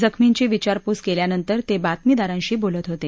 जखमींची विचारपूस केल्यानंतर ते बातमीदारांशी बोलत होते